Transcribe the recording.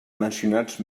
mencionats